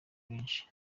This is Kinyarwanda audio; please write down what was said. benshi